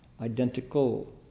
identical